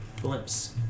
blimps